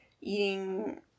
eating